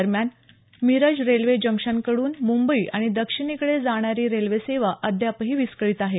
दरम्यान Miraj railway junction कडून मुंबई आणि दक्षिणकडे जाणारी रेल्वेसेवा अद्यापही विस्कळीत आहे